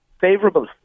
Favourable